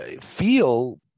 feel